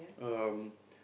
um